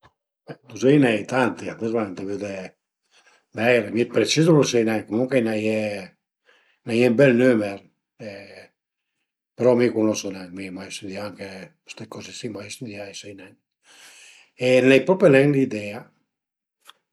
D'üzei a i ën e tanti, ades ëntà vëde vaire, mi d'precizo lu sai nen, comuncue a i ën e, a i ën e ün bel nümer, però mi cunosu ne, mi ai mai stüdìà anche custe coze si mai stüdià, sai nen e l'ai propi nen idea